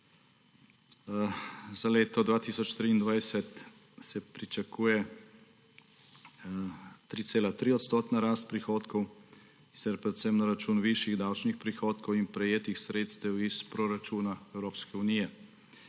Za leto 2023 se pričakuje 3,3-odstotna rast prihodkov, in sicer predvsem na račun višjih davčnih prihodkov in prejetih sredstev iz proračuna Evropske unije.